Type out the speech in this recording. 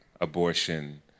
abortion